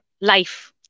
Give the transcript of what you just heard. life